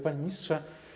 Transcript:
Panie Ministrze!